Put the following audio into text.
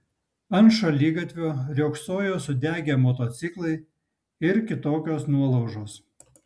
ant šaligatvio riogsojo sudegę motociklai ir kitokios nuolaužos